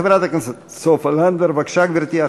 חברת הכנסת סופה לנדבר, בבקשה, גברתי.